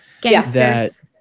gangsters